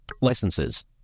licenses